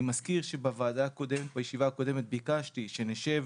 אני מזכיר שבישיבה הקודמת ביקשתי שנשב,